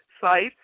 sites